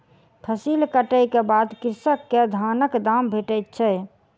फसिल कटै के बाद कृषक के धानक दाम भेटैत छै